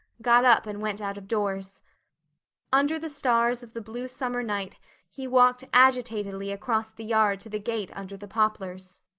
got up and went out-of-doors. under the stars of the blue summer night he walked agitatedly across the yard to the gate under the poplars.